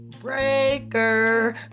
Breaker